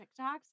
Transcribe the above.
TikToks